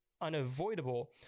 unavoidable